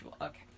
Okay